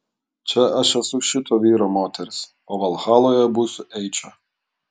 čia aš esu šito vyro moteris o valhaloje būsiu eičio